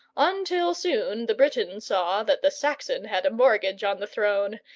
until soon the briton saw that the saxon had a mortgage on the throne,